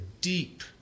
deep